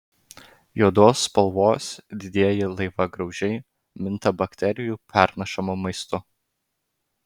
juodos spalvos didieji laivagraužiai minta bakterijų pernešamu maistu